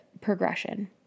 Progression